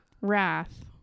Wrath